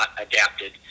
adapted